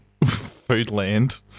Foodland